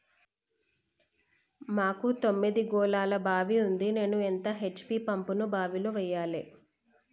మాకు తొమ్మిది గోళాల బావి ఉంది నేను ఎంత హెచ్.పి పంపును బావిలో వెయ్యాలే?